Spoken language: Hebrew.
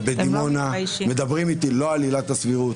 בדימונה מדברים איתי לא על עילת הסבירות.